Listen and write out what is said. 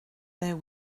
there